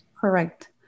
correct